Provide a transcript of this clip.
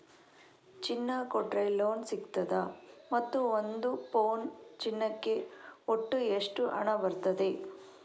ಚಿನ್ನ ಕೊಟ್ರೆ ಲೋನ್ ಸಿಗ್ತದಾ ಮತ್ತು ಒಂದು ಪೌನು ಚಿನ್ನಕ್ಕೆ ಒಟ್ಟು ಎಷ್ಟು ಹಣ ಬರ್ತದೆ?